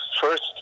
first